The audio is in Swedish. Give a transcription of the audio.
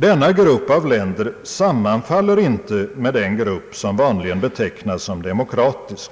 Denna grupp av länder sammanfaller inte med den grupp som vanligen betecknas såsom demokratisk,